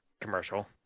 commercial